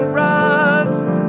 rust